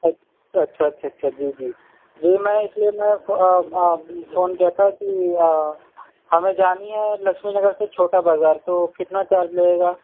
اچھا اچھا اچھا اچھا جی جی جی میں اس لیے میں فون کیا تھا کہ ہمیں جانی ہے لکشمی نگر سے چھوٹا بازار تو کتنا چارج لگے گا